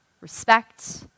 respect